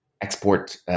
export